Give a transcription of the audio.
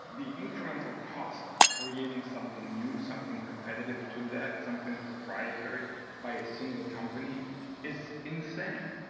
the incremental cost of creating something new, something competitive to that, something proprietary by a single company is insane,